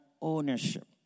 ownership